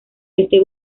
este